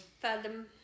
Fathom